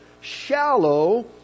shallow